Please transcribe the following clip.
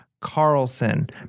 Carlson